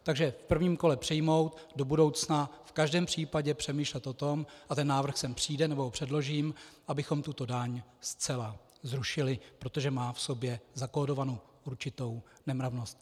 Takže v prvním kole přijmout, do budoucna v každém případě přemýšlet o tom, a ten návrh sem přijde, nebo ho předložím, abychom tuto daň zcela zrušili, protože má v sobě zakódovanou určitou nemravnost.